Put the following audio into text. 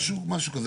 משהו כזה.